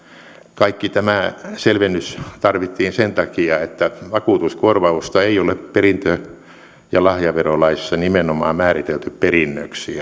kaikki tämä selvennys tarvittiin sen takia että vakuutuskorvausta ei ole perintö ja lahjaverolaissa nimenomaan määritelty perinnöksi